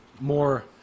more